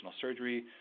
surgery